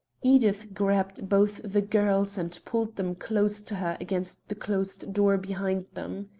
edith grabbed both the girls, and pulled them close to her against the closed door behind them.